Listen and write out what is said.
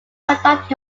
conducted